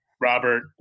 Robert